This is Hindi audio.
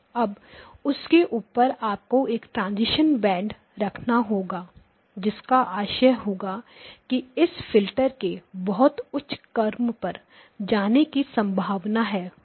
अब उसके ऊपर आपको एक ट्रांजिशन बैंड रखना होगा जिसका आशय होगा कि इस फिल्टर के बहुत उच्च क्रम पर जाने की संभावना है